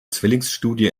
zwillingsstudie